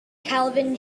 calvin